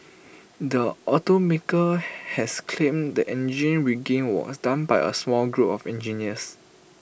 the automaker has claimed the engine rigging was done by A small group of engineers